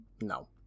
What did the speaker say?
no